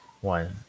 one